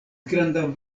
grandan